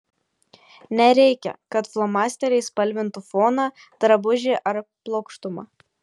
nereikia kad flomasteriais spalvintų foną drabužį ar plokštumą